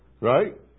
Right